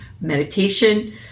meditation